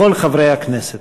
לכל חברי הכנסת.